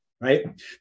right